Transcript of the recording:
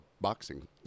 boxing